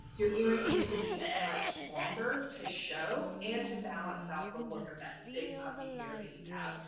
your earrings need to be much longer to show and to balance out the look of that big puffy hair that you have.